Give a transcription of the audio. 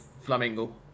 Flamingo